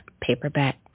paperback